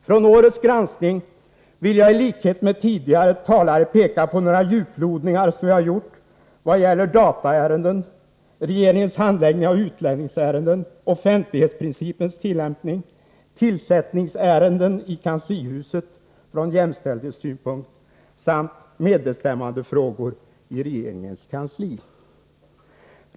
Från årets granskning vill jag i likhet med tidigare talare peka på några djuplodningar som vi har gjort vad gäller dataärenden, regeringens handläggning av utlänningsärenden, offentlighetsprincipens tillämpning, tillsättningsärenden i kanslihuset från jämställdhetssynpunkt samt medbestämmandefrågor i regeringens kansli.